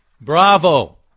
bravo